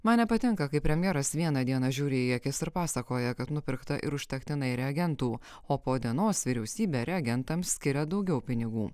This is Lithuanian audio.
man nepatinka kai premjeras vieną dieną žiūri į akis ir pasakoja kad nupirkta ir užtektinai reagentų o po dienos vyriausybė reagentams skiria daugiau pinigų